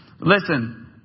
Listen